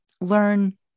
learn